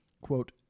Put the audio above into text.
Quote